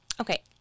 okay